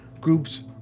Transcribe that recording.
groups